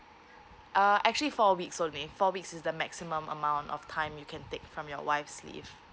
uh actually four weeks only four weeks is the maximum amount of time you can take from your wife's leave